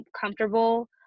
comfortable